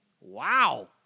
Wow